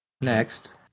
next